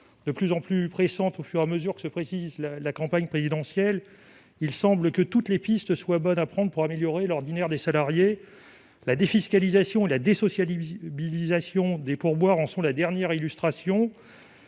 de plus en plus pressantes à mesure qu'approche la campagne présidentielle, toutes les pistes semblent bonnes à prendre pour améliorer l'ordinaire des salariés. La défiscalisation et la « désocialisation » des pourboires en sont la dernière illustration